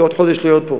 רוצה עוד חודש להיות פה,